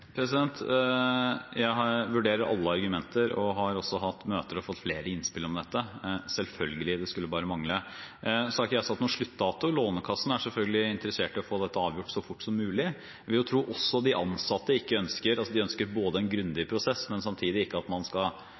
Jeg vurderer alle argumenter, og har også hatt møter og fått flere innspill om dette – selvfølgelig, det skulle bare mangle. Jeg har ikke satt noen sluttdato. Lånekassen er selvfølgelig interessert i å få dette avgjort så fort som mulig. Jeg vil jo tro at også de ansatte ønsker både en grundig prosess og at man ikke skal dra ut prosessen så lenge at